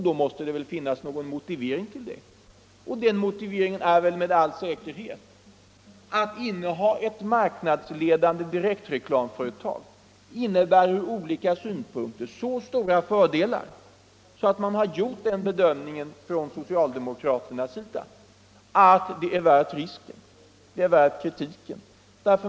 Då måste det väl finnas någon motivering för det, och den motiveringen är med all säkerhet att det från olika synpunkter innebär så stora fördelar att inneha ett marknadsledande direktreklamföretag att socialdemokraterna har gjort bedömningen att det är värt risken och kritiken.